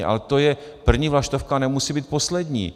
Ale to je první vlaštovka a nemusí být poslední.